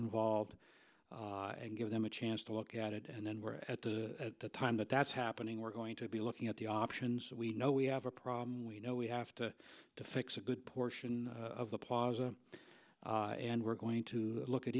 involved and give them a chance to look at it and then at the time that that's happening we're going to be looking at the options we know we have a problem we know we have to fix a good portion of the plaza and we're going to look at